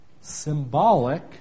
symbolic